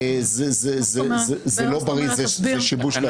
זה לא בריא, זה שיבוש --- מה זאת אומרת?